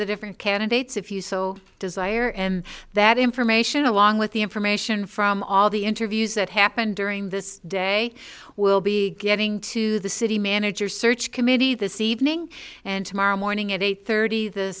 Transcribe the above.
the different candidates if you so desire and that information along with the information from all the interviews that happened during this day will be getting to the city manager search committee this evening and tomorrow morning at eight thirty th